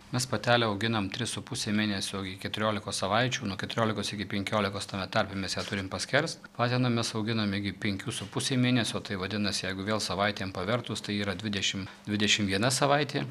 mes patelę auginam tris su puse mėnesio iki keturiolikos savaičių nuo keturiolikos iki penkiolikos tame tarpe mes ją turim paskerst patiną mes auginame iki penkių su puse mėnesio tai vadinasi jeigu vėl savaitėm pavertus tai yra dvidešim dvidešim viena savaitė